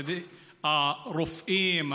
הרופאים,